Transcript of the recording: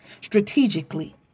strategically